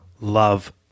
love